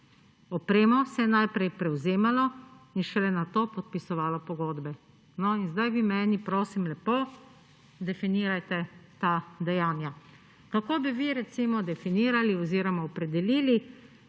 Opremo se je najprej prevzemalo in šele nato podpisovalo pogodbe. No, in zdaj vi meni, prosim lepo, definirajte ta dejanja. Kako bi vi recimo definirali oziroma opredelili